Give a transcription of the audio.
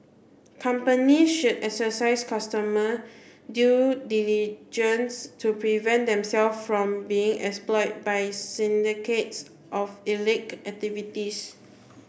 company should exercise customer due diligence to prevent them self from being exploit by syndicates of illicit activities